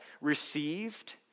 received